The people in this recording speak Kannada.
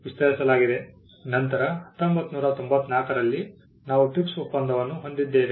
ನಂತರ 1994 ರಲ್ಲಿ ನಾವು TRIPS ಒಪ್ಪಂದವನ್ನು ಹೊಂದಿದ್ದೇವೆ